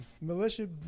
Militia